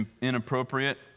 inappropriate